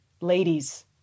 Ladies